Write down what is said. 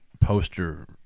poster